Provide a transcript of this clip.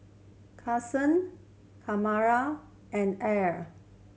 Khalilah and Ala